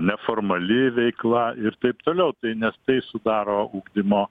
neformali veikla ir taip toliau tai nes tai sudaro ugdymo